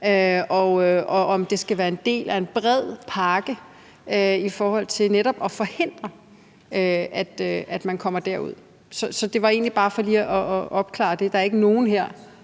og om det skal være en del af en bred pakke til netop at forhindre, at man kommer derud. Så det var egentlig bare for lige at opklare det. Der er ikke nogen her,